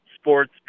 sports